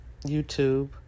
YouTube